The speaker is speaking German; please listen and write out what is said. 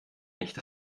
nicht